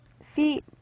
see